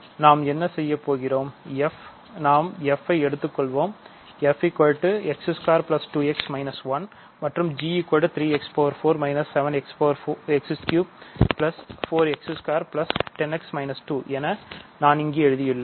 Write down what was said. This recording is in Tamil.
நாம் என்ன செய்யப்போகிறோம் நாம் f ஐ எடுத்துக்கொள்வோம் f x2 2 x 1 மற்றும் g 3 x 4 7 x 3 4 x 2 1 0 x 2 என நான் இங்கு எழுதியுள்ளேன்